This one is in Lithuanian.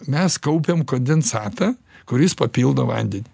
mes kaupiam kondensatą kuris papildo vandenį